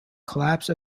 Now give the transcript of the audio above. collapse